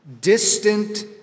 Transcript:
distant